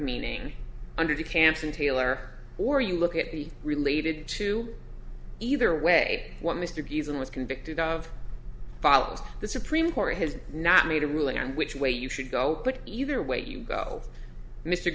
meaning under the cancer taylor or you look at the related to either way what mr beason was convicted of follows the supreme court has not made a ruling on which way you should go but either way you go mr